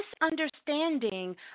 misunderstanding